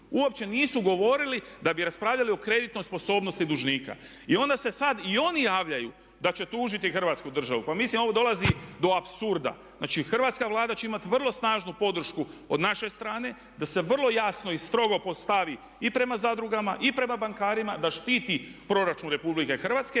Uopće nisu govorili da bi raspravljali o kreditnoj sposobnosti dužnika. I onda se sad i oni javljaju da će tužiti Hrvatsku državu. Pa mislim, ovo dolazi do apsurda. Znači, hrvatska Vlada će imati vrlo snažnu podršku od naše strane, da se vrlo jasno i strogo postavi i prema zadrugama i prema bankarima, da štiti proračun Republike Hrvatske.